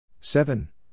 seven